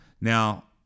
now